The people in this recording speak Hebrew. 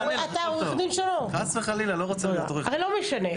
לא משנה.